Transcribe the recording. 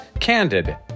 candid